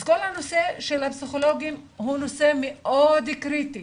אז כל הנושא של הפסיכולוגים הוא נושא מאוד קריטי.